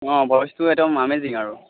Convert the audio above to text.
অঁ ভইচটো একদম আমেজিং আৰু